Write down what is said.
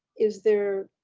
is there